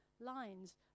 lines